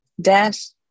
death